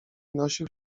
nosił